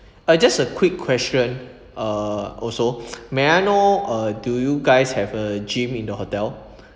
ah just a quick question uh also may I know uh do you guys have a gym in the hotel